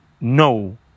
No